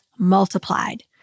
multiplied